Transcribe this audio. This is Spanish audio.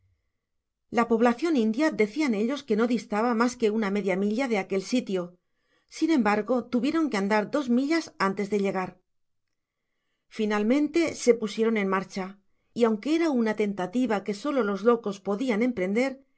la poblacion india decían ellos que no distaba mas que una media milla de aquel sitio sin embargo tuvieron que andar dos millas antes de llegar content from google book search generated at finalmente se pusieron en marcha y aunque era una entativaque solo les locos podian emprender